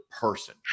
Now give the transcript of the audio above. person